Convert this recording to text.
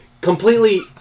completely